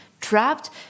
trapped